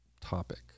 topic